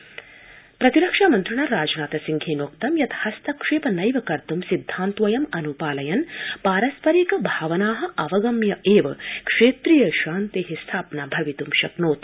राजनाथ रक्षामन्त्रिणा राजनाथ सिंहेनोक्तं यत् हस्तक्षेप नैव कर्त् सिद्धान्तोऽयम् अनुपालयन् पारस्परिक भावना अवगम्य वि क्षेत्रीय शान्ते स्थापना भवित् शक्नोति